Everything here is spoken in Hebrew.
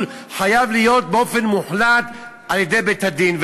חייב להיות באופן מוחלט על-ידי בית-הדין,